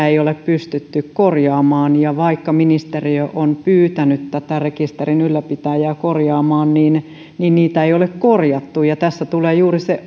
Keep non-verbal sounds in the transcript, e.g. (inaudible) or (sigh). (unintelligible) ei ole pystytty korjaamaan ja vaikka ministeriö on pyytänyt rekisterin ylläpitäjää korjaamaan niin niin niitä ei ole korjattu tässä tulee juuri se